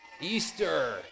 Easter